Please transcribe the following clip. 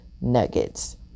nuggets